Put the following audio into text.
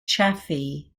chaffee